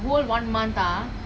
ya but